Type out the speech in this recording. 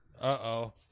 uh-oh